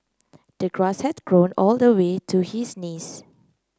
the grass had grown all the way to his knees